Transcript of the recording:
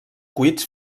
cuits